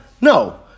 No